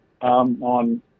on